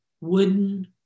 wooden